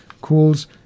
calls